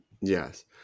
Yes